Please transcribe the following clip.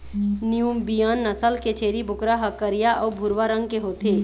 Nubian नसल के छेरी बोकरा ह करिया अउ भूरवा रंग के होथे